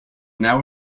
now